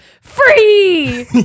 free